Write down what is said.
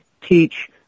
teach